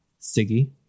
Siggy